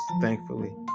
thankfully